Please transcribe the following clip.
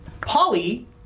Polly